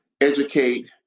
educate